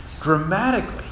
dramatically